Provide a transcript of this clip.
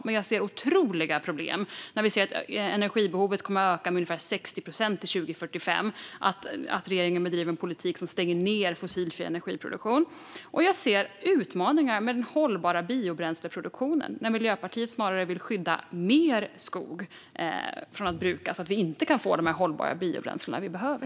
Men jag ser otroliga problem när energibehovet kommer att öka med ungefär 60 procent till 2045 och regeringen bedriver en politik som stänger ned fossilfri energiproduktion. Jag ser också utmaningar med den hållbara biobränsleproduktionen när Miljöpartiet snarare vill skydda mer skog från att brukas, så att vi inte kan få de hållbara biobränslen som vi behöver.